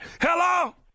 Hello